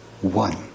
one